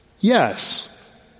Yes